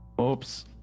Oops